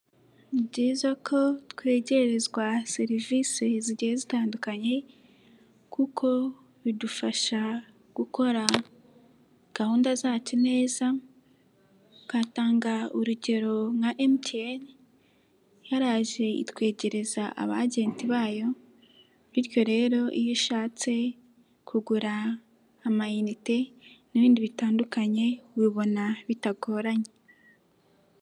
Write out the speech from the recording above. Ni byiza ko twegerezwa serivisi zigiye zitandukanye kuko bidufasha gukora gahunda zacu neza, twatanga urugero nka MTN, yaraje itwegereza aba agenti bayo bityo rero iyo ushatse kugura amayinite n'ibindi bitandukanye, ubibona bitagoranye.